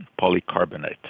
polycarbonate